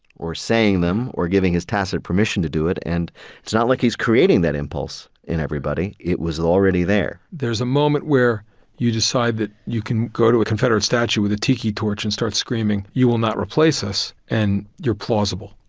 or saying them, or giving his tacit permission to do it, and it's not like he's creating that impulse in everybody. it was already there. david there's a moment where you decide that you can go to a confederate statue with a tiki torch and start screaming, you will not replace us, and you're plausible.